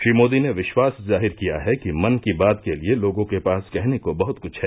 श्री मोदी ने विश्वास जाहिर किया है कि मन की बात के लिए लोगों के पास कहने को बहुत कुछ है